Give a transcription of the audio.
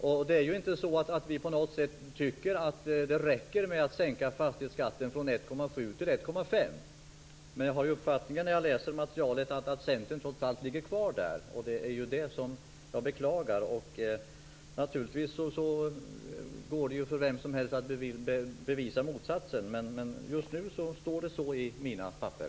Vi tycker inte på något sätt att det räcker med att sänka fastighetsskatten från 1,7 till 1,5 %. Jag har uppfattningen efter att ha läst materialet att Centern trots allt stannar kvar där. Det är det som jag beklagar. Naturligtvis går det bra för vem som helst att bevisa motsatsen, men så står det i mina papper.